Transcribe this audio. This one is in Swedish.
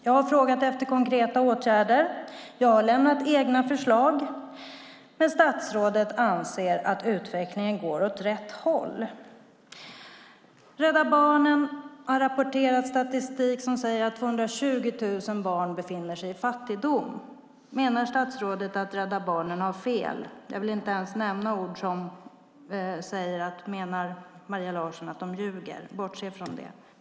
Jag har frågat efter konkreta åtgärder och lämnat egna förslag, men statsrådet anser att utvecklingen går åt rätt håll. Rädda Barnen har rapporterat statistik som säger att 220 000 barn befinner sig i fattigdom. Menar statsrådet att Rädda Barnen har fel? Jag vill inte fråga om Maria Larsson anser att de ljuger - bortse från det.